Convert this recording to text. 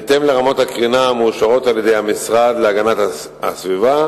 בהתאם לרמות הקרינה המאושרות על-ידי המשרד להגנת הסביבה,